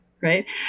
Right